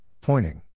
pointing